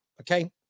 Okay